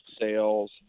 sales